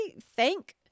thank